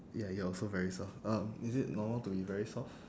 ya you're also very soft um is it normal to be very soft